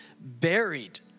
buried